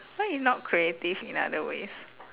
why you not creative in other ways